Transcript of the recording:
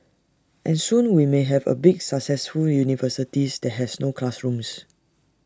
and soon we may have A big successful university that has no classrooms